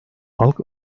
halk